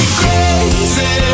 crazy